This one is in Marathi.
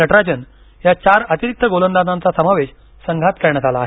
नटराजन या चार अतिरिक्त गोलंदाजांचा समावेश संघात करण्यात आला आहे